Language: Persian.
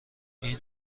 این